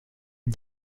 est